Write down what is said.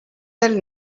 del